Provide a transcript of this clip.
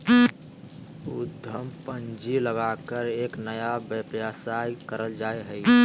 उद्यम पूंजी लगाकर एक नया व्यवसाय करल जा हइ